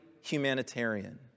humanitarian